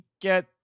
get